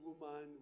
woman